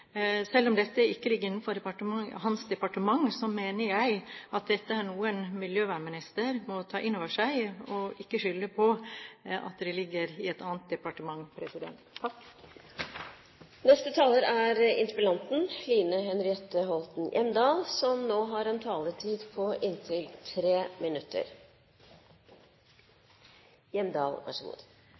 Selv om dette ikke ligger innenfor hans departement, mener jeg at dette er noe en miljøvernminister må ta inn over seg, og ikke skylde på at det ligger i et annet departement. Takk for dagens interpellasjonsdebatt. Det er en engasjert statsråd miljøkomiteen har i Erik Solheim. Han er en frittalende statsråd, som ofte gir uttrykk for de tankene han har i hodet. Men det er nok en